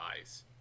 eyes